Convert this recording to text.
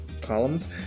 columns